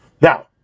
Now